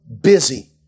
busy